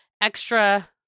extra